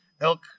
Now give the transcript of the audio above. elk